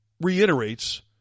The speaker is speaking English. reiterates